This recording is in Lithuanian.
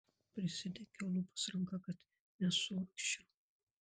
prisidengiau lūpas ranka kad nesuurgzčiau